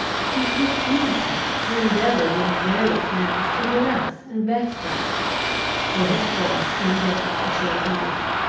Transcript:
he pursued them he endeavoured in various manners to harass and vex them they had sought in vain to shake him off.